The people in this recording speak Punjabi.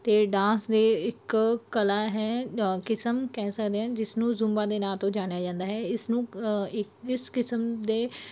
ਅਤੇ ਡਾਂਸ ਦੇ ਇੱਕ ਕਲਾ ਹੈ ਕਿਸਮ ਕਹਿ ਸਕਦੇ ਐ ਜਿਸਨੂੰ ਜੁੰਬਾ ਦੇ ਨਾਂ ਤੋਂ ਜਾਣਿਆ ਜਾਂਦਾ ਹੈ ਇਸ ਨੂੰ ਇਸ ਕਿਸਮ ਦੇ